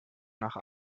nach